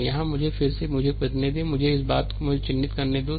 तो यहाँ मुझे फिर से मुझे करने दो मुझे इस बात को मुझे चिन्हित करने दो